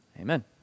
Amen